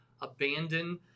abandon